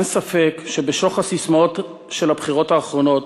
אין ספק שבשוך הססמאות של הבחירות האחרונות,